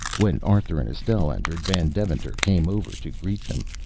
when arthur and estelle entered van deventer came over to greet them.